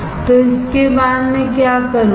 तो इसके बाद मैं क्या करूंगा